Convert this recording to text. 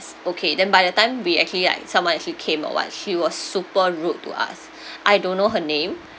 okay then by the time we actually like someone actually came or what she was super rude to us I don't know her name